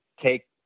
take